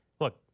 Look